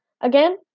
Again